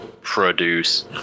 produce